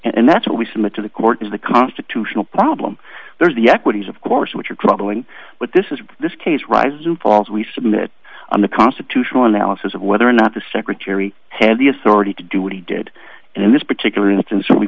and that's what we submit to the court is the constitutional problem there's the equities of course which are troubling but this is this case rises and falls we submit on the constitutional analysis of whether or not the secretary had the authority to do what he did and in this particular instance when we